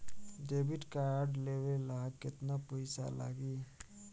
Debit card लेवे ला केतना पईसा लागी?